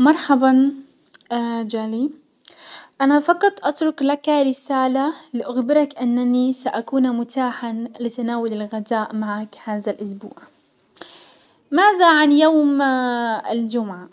مرحبا جاني، انا فقط اترك لك رسالة لاخبرك انني ساكون متاحا لتناول الغداء معك هذا الاسبوع، مازا عن يوم الجمعة؟